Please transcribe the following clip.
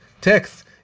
text